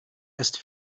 erst